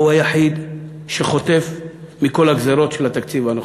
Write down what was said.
הוא היחיד שחוטף מכל הגזירות של התקציב הנוכחי.